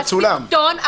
בדימונה צולם.